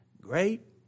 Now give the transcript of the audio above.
Great